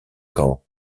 camp